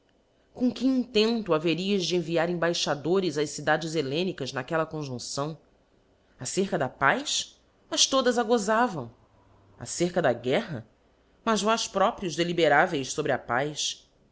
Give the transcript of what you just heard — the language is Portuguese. com que intento haveríeis de enviar embaixadores ás cidades hellenicas naquella conjuncção acerca da paz mas todas a guiavam acerca da guerra mas vós próprios deliberáveis fobre a paz